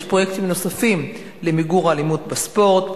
יש פרויקטים נוספים למיגור האלימות בספורט: